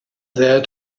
there